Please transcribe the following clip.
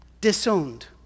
Disowned